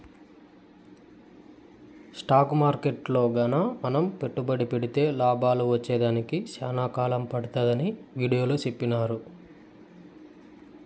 stock మార్కెట్టులో గాన మనం పెట్టుబడి పెడితే లాభాలు వచ్చేదానికి సేనా కాలం పడతాదని వీడియోలో సెప్పినారు